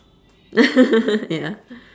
ya